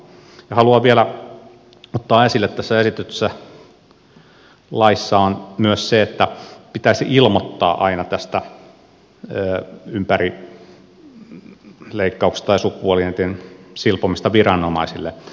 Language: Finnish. haluan ottaa esille vielä sen että tässä lakiesityksessä on myös se että pitäisi ilmoittaa aina tästä ympärileikkauksesta tai sukupuolielinten silpomisesta viranomaisille